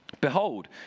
Behold